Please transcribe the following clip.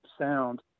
sound